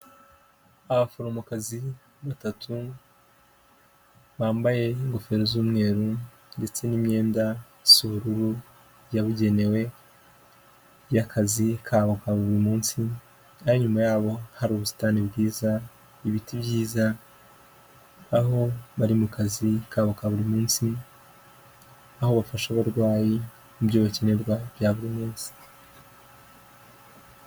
Abaforomokazi batatu bambaye ingofero z'umweru ndetse n'imyenda isa ubururu yabugenewe y'akazi kabo nka buri munsi, naho inyuma yabo hari ubusitani bwiza, ibiti byiza, aho bari mu kazi kabo ka buri munsi, aho bafasha abarwayi ibyo bakenerwa bya buri munsi.